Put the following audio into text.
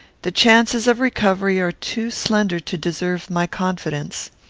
the chances of recovery are too slender to deserve my confidence.